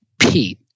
Pete